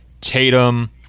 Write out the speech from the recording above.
Tatum